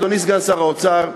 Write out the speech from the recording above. אדוני סגן שר האוצר,